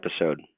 episode